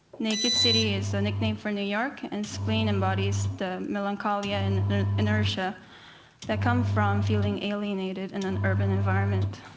naked city is a nickname for new york, and spleen embodies the melancholia and inertia that come from feeling alienated in an urban environment.